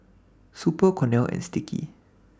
Super Cornell and Sticky